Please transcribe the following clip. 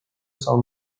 sau